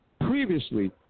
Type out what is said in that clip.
Previously